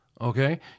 Okay